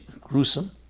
gruesome